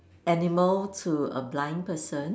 an animal to a blind person